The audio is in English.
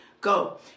Go